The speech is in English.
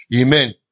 Amen